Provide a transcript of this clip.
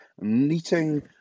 meeting